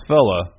Fella